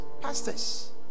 pastors